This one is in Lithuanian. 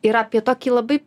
ir apie tokį labai